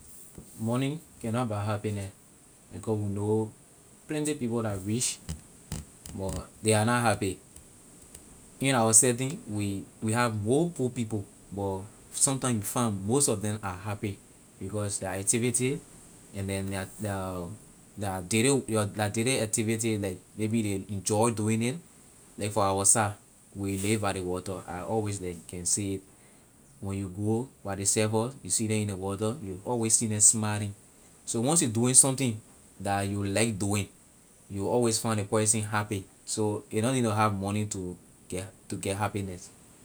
Money can na buy happiness because we know plenty people la rich ley are na happy. In our setting we have more poor people but sometime you find most of them are happy because la activity and then la daily wo- la daily activity like maybe ley enjoy doing it like for our side you will live by ley water I always like you can say ley when you go by ley surfer you see them in ley water you will always see them smiling so once you doing something that you like doing you will always find ley person happy so ley na need to have money to get to get happiness.